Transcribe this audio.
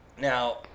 Now